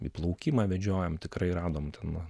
į plaukimą vedžiojom tikrai radom ten